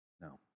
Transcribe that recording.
No